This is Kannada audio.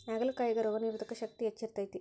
ಹಾಗಲಕಾಯಾಗ ರೋಗನಿರೋಧಕ ಶಕ್ತಿ ಹೆಚ್ಚ ಇರ್ತೈತಿ